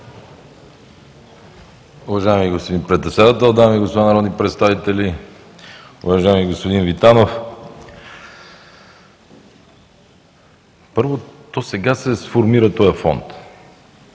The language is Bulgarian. Уважаеми господин Председател, дами и господа народни представители, уважаеми господин Витанов! Първо, сега се сформира този фонд.